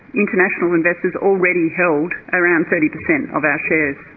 international investors already held around thirty percent of our shares.